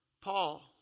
Paul